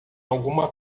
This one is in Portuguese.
alguma